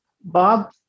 Bob